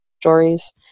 stories